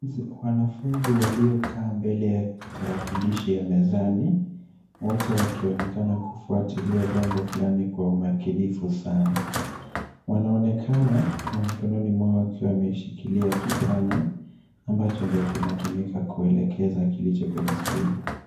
Wanafunzi waliokaa mbele ya talakilishi ya mezani, wote wakionekana kufuatilia jambo fulani kwa umakinifu sana, wanaonekana mikononi mwao wakishikilia kipanya ambacho ndio kinatumika kuelekeza kile kinacho kwenye skirini.